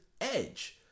edge